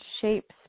shapes